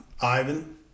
Ivan